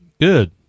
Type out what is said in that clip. Good